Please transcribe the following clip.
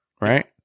right